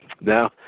Now